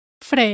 fre